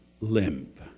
limp